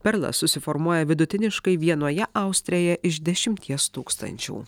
perlas susiformuoja vidutiniškai vienoje austrėje iš dešimties tūkstančių